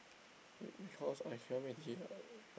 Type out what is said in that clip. be~ because I cannot wait here